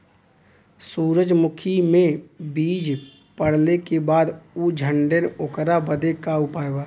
सुरजमुखी मे बीज पड़ले के बाद ऊ झंडेन ओकरा बदे का उपाय बा?